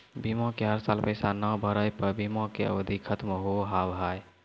बीमा के हर साल पैसा ना भरे पर बीमा के अवधि खत्म हो हाव हाय?